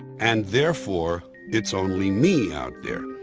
and therefore, it's only me out there.